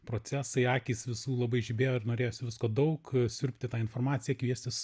procesai akys visų labai žibėjo ir norėjosi visko daug siurbti tą informaciją kviestis